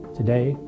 today